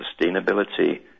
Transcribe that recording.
sustainability